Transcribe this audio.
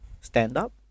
stand-up